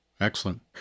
Excellent